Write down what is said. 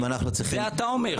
את זה אתה אומר.